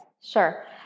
sure